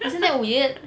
isn't that weird